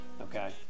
okay